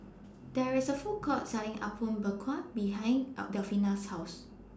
There IS A Food Court Selling Apom Berkuah behind Delfina's House